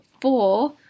four